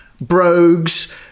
brogues